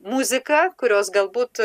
muzika kurios galbūt